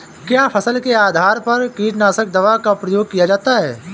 क्या फसल के आधार पर कीटनाशक दवा का प्रयोग किया जाता है?